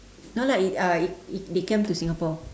no lah it uh it it they came to singapore